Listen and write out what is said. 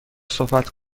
صحبت